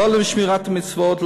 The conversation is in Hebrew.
לא לשמירת מצוות,